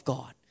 God